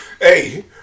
hey